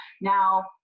Now